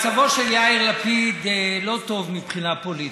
מצבו של יאיר לפיד לא טוב מבחינה פוליטית.